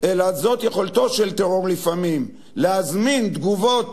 אלא זאת יכולתו של טרור לפעמים: להזמין תגובות